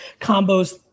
combos